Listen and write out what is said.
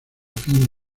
fin